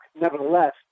nevertheless